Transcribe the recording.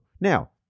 Now